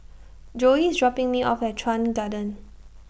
Joey IS dropping Me off At Chuan Garden